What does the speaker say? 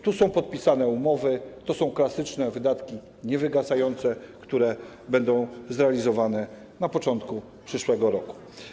Tu są podpisane umowy, to są klasyczne wydatki niewygasające, które będą zrealizowane na początku przyszłego roku.